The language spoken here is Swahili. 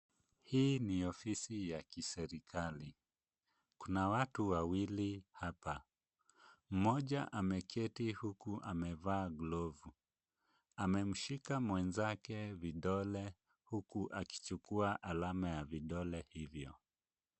Hii ni ofisi ya kiserikali, kuna watu wawili hapa. Mmoja ameketi huku amevaa glovu. Amemshika mwenzake vidole huku akichukua alama ya vidole hivyo.